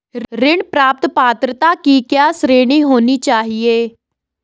ऋण प्राप्त पात्रता की क्या श्रेणी होनी चाहिए?